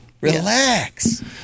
Relax